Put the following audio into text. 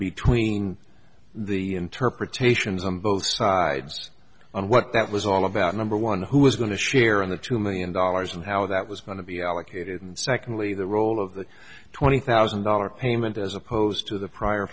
between the interpretations on both sides and what that was all about number one who was going to share on the two million dollars and how that was going to be allocated and secondly the role of the twenty thousand dollars payment as opposed to the prior